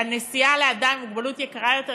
והנסיעה לאדם עם מוגבלות היא יקרה יותר,